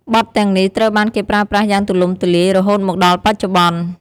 បទទាំងនេះត្រូវបានគេប្រើប្រាស់យ៉ាងទូលំទូលាយរហូតមកដល់បច្ចុប្បន្ន។